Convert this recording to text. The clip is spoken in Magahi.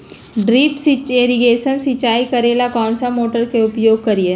ड्रिप इरीगेशन सिंचाई करेला कौन सा मोटर के उपयोग करियई?